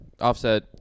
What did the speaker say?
Offset